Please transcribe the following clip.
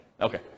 Okay